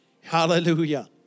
Hallelujah